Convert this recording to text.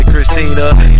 Christina